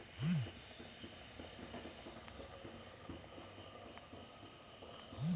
ಜೋಳವನ್ನು ಕಟಾವು ಮಾಡುವ ಯಂತ್ರ ಯಾವುದು?